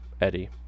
Eddie